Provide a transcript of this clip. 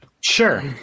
Sure